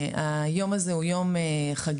היום הזה הוא יום חגיגי,